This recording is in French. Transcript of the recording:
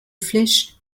flèche